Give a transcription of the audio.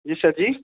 जी sir जी